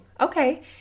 okay